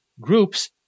groups